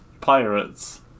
pirates